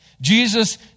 Jesus